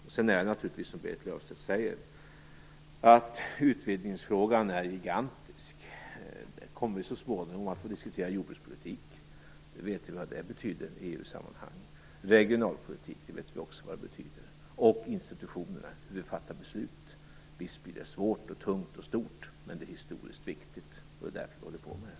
Som Berit Löfstedt säger är naturligtvis utvidgningsfrågan gigantisk. Vi kommer så småningom att få diskutera jordbrukspolitik, regionalpolitik och själva institutionerna - hur vi fattar beslut - och vi vet vad detta betyder i EU-sammanhang. Visst blir det svårt och tungt och stort, men det är historiskt viktigt, och det är därför vi håller på med det.